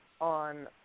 on